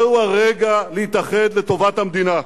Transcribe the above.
זהו הרגע להתאחד לטובת המדינה.